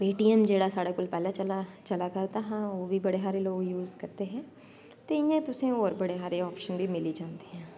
जां पेटिऐम जेह्ड़ा साढ़ै कोल पैह्लैं चला करदा हा ओह् बी बड़े सारे लोग यूज करदे हे ते इयां तुसें होर बी बड़े सारे आपशन मिली जंदे न